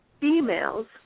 females